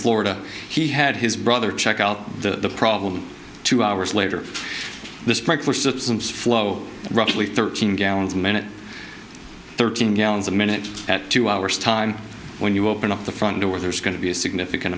florida he had his brother check out the problem two hours later the sprinkler systems flow roughly thirteen gallons a minute thirteen gallons a minute at two hours time when you open up the front door there's going to be a significant